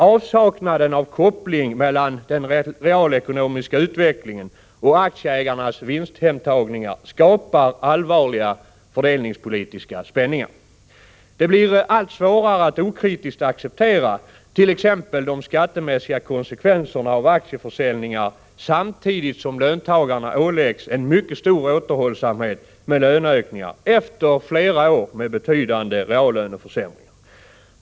Avsaknaden av en koppling mellan den realekonomiska utvecklingen och aktieägarnas möjligheter att ta hem vinster skapar allvarliga fördelningspolitiska spänningar. Det blir allt svårare att okritiskt acceptera t.ex. de skattemässiga konsekvenserna av aktieförsäljningar samtidigt som löntagarna åläggs en mycket stor återhållsamhet med löneökningar efter flera år med betydande reallöneförsämringar.